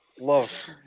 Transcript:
love